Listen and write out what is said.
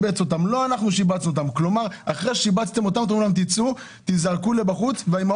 לאימהות של אותם ילדים לא לעבוד.